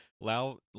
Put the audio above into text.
Lau